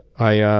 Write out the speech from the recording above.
i ah